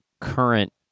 current